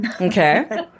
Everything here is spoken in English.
Okay